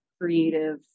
creative